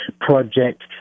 project